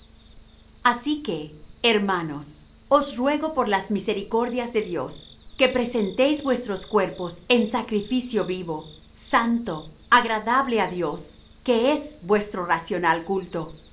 asi que hermanos os ruego por las misericordias de dios que presentéis vuestros cuerpos en sacrificio vivo santo agradable á dios que es vuestro racional culto